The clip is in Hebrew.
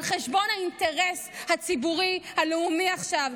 על חשבון האינטרס הציבורי הלאומי עכשיו.